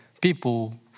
people